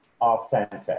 authentic